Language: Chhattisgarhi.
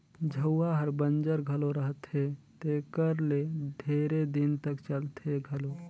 झउहा हर बंजर घलो रहथे तेकर ले ढेरे दिन तक चलथे घलो